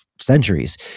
centuries